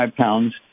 pounds